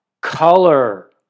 color